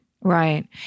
Right